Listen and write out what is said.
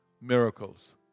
miracles